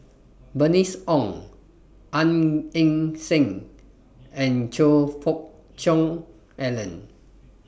Bernice Ong Gan Eng Seng and Choe Fook Cheong Alan